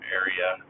area